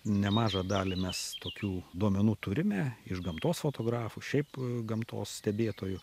nemažą dalį mes tokių duomenų turime iš gamtos fotografų šiaip gamtos stebėtojų